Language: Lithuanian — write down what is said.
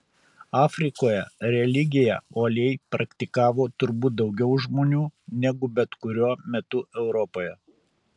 afrikoje religiją uoliai praktikavo turbūt daugiau žmonių negu bet kuriuo metu europoje